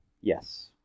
Yes